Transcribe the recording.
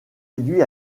réduits